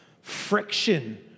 friction